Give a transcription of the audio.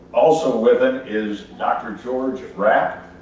also with him is dr. george rapp,